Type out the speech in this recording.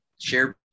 share